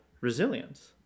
resilience